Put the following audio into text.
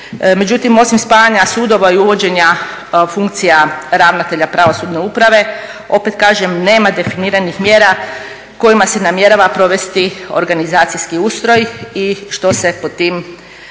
Međutim, osim spajanja sudova i uvođenja funkcija ravnatelja pravosudne uprave opet kažem nema definiranih mjera kojima se namjerava provesti organizacijski ustroj i što se pod tim